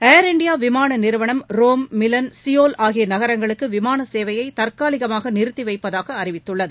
ஏர் India விமான நிறுவனம் Rome Milan Seoul ஆகிய நகரங்களுக்கு விமான சேவையை தற்காலிகமாக நிறுத்தி வைப்பதாக அறிவித்துள்ளது